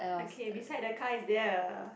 okay beside the car is there a